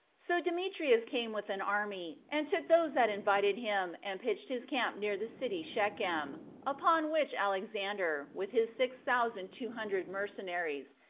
so demetrius came with an army, and took those that invited him, and pitched his camp near the city shechem upon which alexander, with his six thousand two hundred mercenaries,